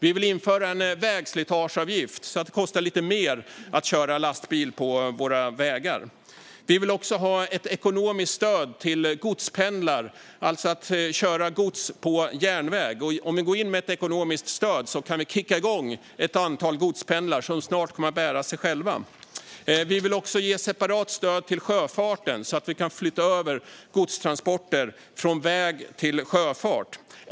Vi vill införa en vägslitageavgift så att det kostar lite mer att köra lastbil på våra vägar. Vi vill också ha ett ekonomiskt stöd till godspendlar, alltså att man kör gods på järnväg. Om vi går in med ett ekonomiskt stöd kan vi kicka igång ett antal godspendlar som snart kommer att bära sig själva. Vi vill också ge separat stöd till sjöfarten så att vi kan flytta över godstransporter från väg till sjöfart.